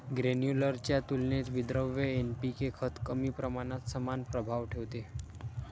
granular च्या तुलनेत विद्रव्य एन.पी.के खत कमी प्रमाणात समान प्रभाव ठेवते